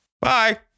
bye